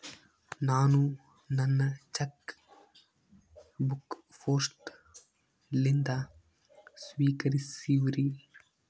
ನಾನು ನನ್ನ cheque book post ಲಿಂದ ಸ್ವೀಕರಿಸಿವ್ರಿ